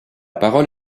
parole